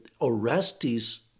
Orestes